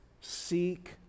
seek